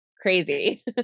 crazy